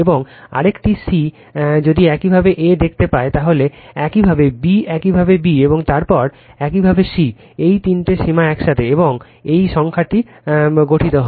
এবং আরেকটি c যদি একইভাবে a দেখতে পায় তাহলে একইভাবে b একইভাবে b এবং তারপর একইভাবে c এই তিনটি সীমা একসাথে এবং এই সংখ্যাটি গঠিত হয়